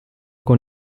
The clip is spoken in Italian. con